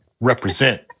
represent